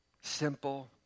simple